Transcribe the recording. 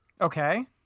Okay